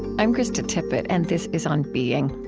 i'm krista tippett, and this is on being.